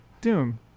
Doom